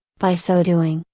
by so doing,